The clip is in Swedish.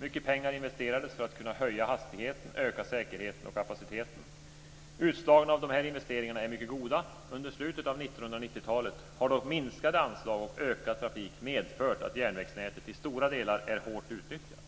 Mycket pengar investerades för att kunna höja hastigheten, öka säkerheten och kapaciteten. Utslagen av dessa investeringar är mycket goda. Under slutet av 1990-talet har dock minskade anslag och ökad trafik medfört att järnvägsnätet till stora delar är hårt utnyttjat.